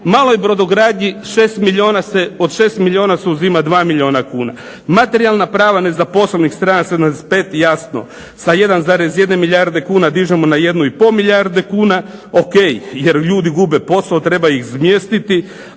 maloj brodogradnji od 6 milijuna se uzima 2 milijuna kuna. Materijalna prava nezaposlenih, strana 75, jasno sa 1,1 milijarde kuna dižemo na 1,5 milijardu kuna. Ok, jer ljudi gube posao, trebao ih izmjestiti,